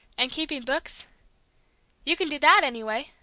and keeping books you can do that anyway,